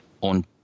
on